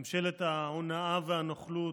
ממשלת ההונאה והנוכלות,